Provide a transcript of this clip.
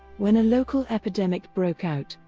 when a local epidemic broke out,